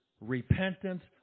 repentance